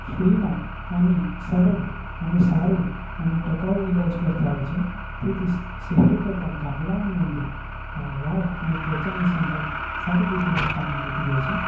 ફ્રીમાં અને સરળ અને સારું અને ટકાઉ ઈલાજ કરતા હોય છે તેથી શહેરો કરતાં ગામડાઓની અંદર વાળ અને ત્વચાની સંભાળ સારી રીતે રાખવામાં આવતી હોય છે